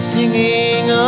Singing